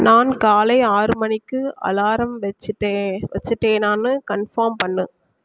நான் காலை ஆறு மணிக்கு அலாரம் வெச்சிட்டேன் வெச்சிட்டேன்னான்னு கன்ஃபார்ம் பண்ணு